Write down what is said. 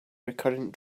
recurrent